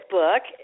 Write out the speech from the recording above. book